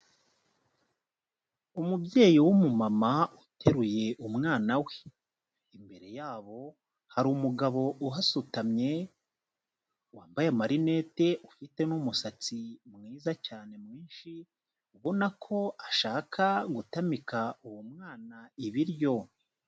Umubyeyi w'umu mama uteruye umwana we, imbere yabo hari umugabo uhasutamye, wambaye amarinete ufite n'umusatsi mwiza cyane mwinshi, ubona ko ashaka gutamika uwo mwana ibiryo.